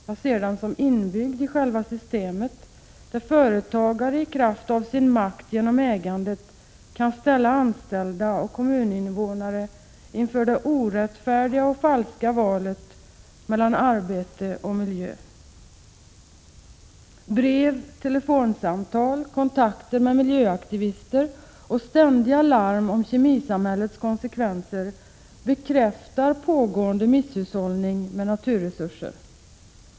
Jag ser den som inbyggd i själva systemet, där företagare i kraft av sin makt genom ägandet kan ställa anställda och kommuninnevånare inför det orättfärdiga och falska valet mellan arbete och miljö. Brev, telefonsamtal, kontakter med miljöaktivister och ständiga larm om kemisamhällets konsekvenser bekräftar pågående misshushållning med naturresurser.